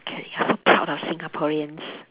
okay you're so proud of Singaporeans